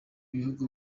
bihugu